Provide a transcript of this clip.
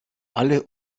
alle